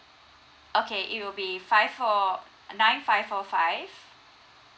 okay it will be five four nine five four five